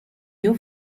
you